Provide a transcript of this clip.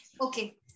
Okay